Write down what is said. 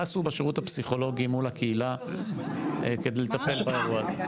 מה עשו בשירות הפסיכולוגי מול הקהילה כדי לטפל באירוע זה?